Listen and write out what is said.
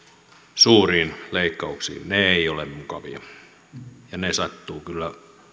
suuriin leikkauksiin ne eivät ole mukavia ja ne sattuvat kyllä